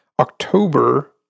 October